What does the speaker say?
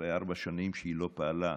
ואחרי ארבע שנים שהיא לא פעלה,